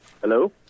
hello